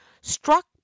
struck